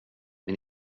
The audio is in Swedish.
men